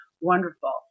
wonderful